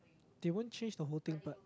they won't change the whole thing but